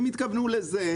הם התכוונו לזה,